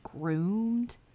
groomed